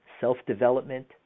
self-development